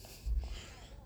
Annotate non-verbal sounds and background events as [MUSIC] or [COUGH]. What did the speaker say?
[NOISE]